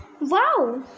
Wow